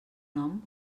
nom